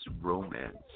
romance